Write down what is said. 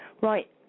Right